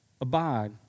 abide